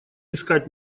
искать